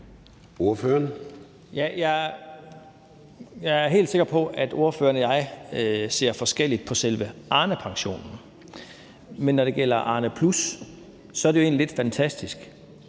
Jeg er helt sikker på, at ordføreren og jeg ser forskelligt på selve Arnepensionen. Men når det gælder Arnepluspensionen, er det egentlig lidt utroligt,